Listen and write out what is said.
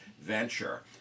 venture